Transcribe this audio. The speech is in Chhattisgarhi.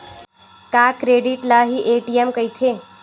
का क्रेडिट ल हि ए.टी.एम कहिथे?